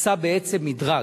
עשה בעצם מדרג: